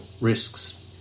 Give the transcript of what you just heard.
risks